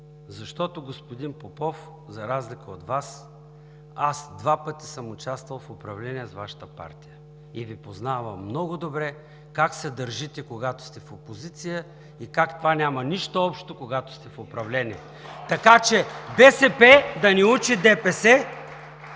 Защото, господин Попов, за разлика от Вас, аз два пъти съм участвал в управление с Вашата партия и Ви познавам много добре как се държите, когато сте в опозиция и как това няма нищо общо, когато сте в управлението. (Ръкопляскания от